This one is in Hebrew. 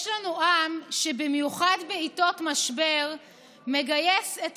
יש לנו עם שבמיוחד בעיתות משבר מגייס את